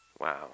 Wow